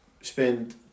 spend